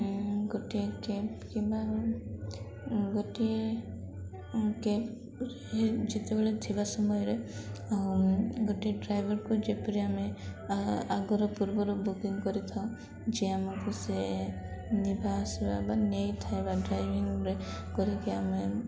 ଗୋଟିଏ କ୍ୟାବ୍ କିମ୍ବା ଗୋଟିଏ କ୍ୟାବ୍ ଯେତେବେଳେ ଥିବା ସମୟରେ ଆଉ ଗୋଟିଏ ଡ୍ରାଇଭରକୁ ଯେପରି ଆମେ ଆଗରୁ ପୂର୍ବରୁ ବୁକିଂ କରିଥାଉ ଯେ ଆମକୁ ସେ ଯିବା ଆସିବା ବା ନେଇଥାଏ ବା ଡ୍ରାଇଭିଂରେ କରିକି ଆମେ